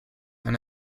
and